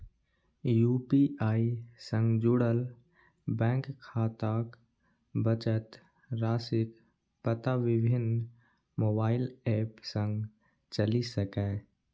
UPI सं जुड़ल bank खाताक बचत राशिक पता विभिन्न मोबाइल एप सं चलि सकैए